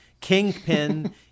Kingpin